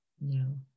no